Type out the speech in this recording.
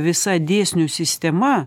visa dėsnių sistema